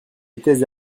étais